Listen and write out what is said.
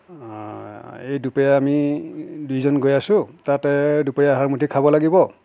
এই দুপৰীয়া আমি দুজন গৈ আছো তাতে দুপৰীয়া আহাৰ মুঠি খাব লাগিব